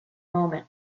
moment